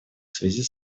связи